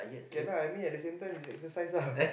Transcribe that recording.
can lah I mean at the same time is exercise lah